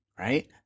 right